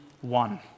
one